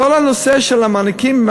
כל הנושא של המענקים,